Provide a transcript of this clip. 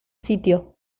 sitio